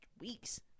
weeks